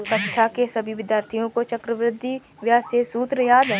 कक्षा के सभी विद्यार्थियों को चक्रवृद्धि ब्याज के सूत्र याद हैं